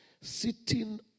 sitting